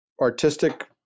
artistic